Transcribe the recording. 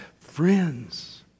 Friends